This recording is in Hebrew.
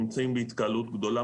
נמצאים בהתקהלות גדולה,